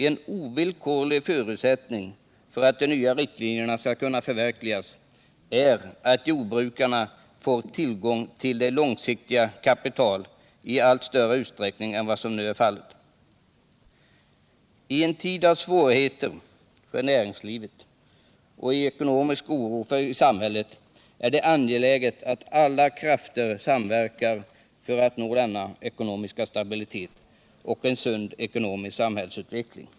En ovillkorlig förutsättning för att de nya riktlinjerna skall kunna förverkligas är sålunda att jordbrukarna får tillgång till långsiktigt kapital i större utsträckning än vad som nu är fallet. I en tid av svårigheter för näringslivet och ekonomisk oro i samhället är det angeläget att alla krafter samverkar för att nå ekonomisk stabilitet och sund ekonomisk samhällsutveckling.